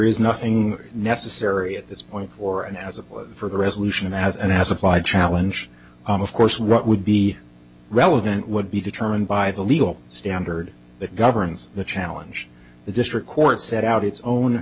is nothing necessary at this point for and as for a resolution as an as applied challenge of course what would be relevant would be determined by the legal standard that governs the challenge the district court set out its own